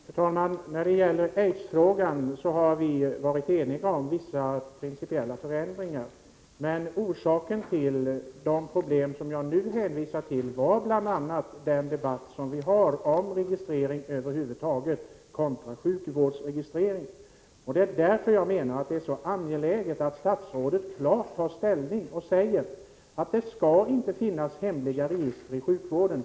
Fru talman! När det gäller aidsfrågan har vi varit eniga om vissa principiella förändringar. Men orsaken till de problem som jag nu hänvisar till är bl.a. den debatt om registrering över huvud taget och om sjukvårdsregistrering som pågår. Det är därför jag menar att det är så angeläget att statsrådet klart tar ställning och säger att det inte skall finnas några hemliga register i sjukvården.